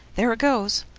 there it goes!